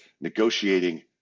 negotiating